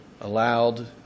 Allowed